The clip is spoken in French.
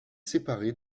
séparés